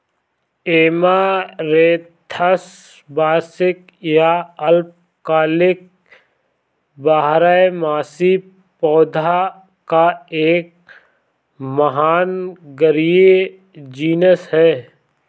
amaranthus वार्षिक या अल्पकालिक बारहमासी पौधों का एक महानगरीय जीनस है